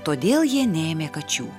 todėl jie neėmė kačių